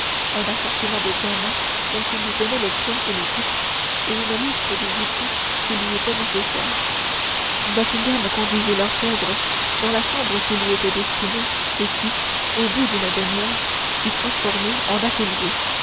un assortiment de diamants dont il lui donnait le poids et le titre et une liste des outils qui lui étaient nécessaires buckingham conduisit l'orfèvre dans la chambre qui lui était destinée et qui au bout d'une demi-heure fut transformée en atelier